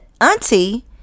auntie